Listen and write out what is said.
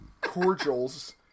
Cordials